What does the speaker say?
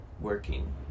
working